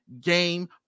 game